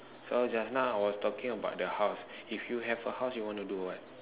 so just now I was talking about the house if you have a house you want to do what